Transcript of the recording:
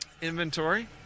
inventory